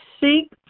seek